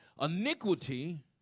Iniquity